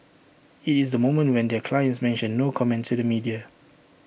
IT is the moment when their clients mention no comment to the media